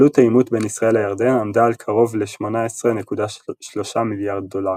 עלות העימות בין ישראל לירדן עמדה על קרוב ל-18.3 מיליארד דולרים.